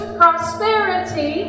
prosperity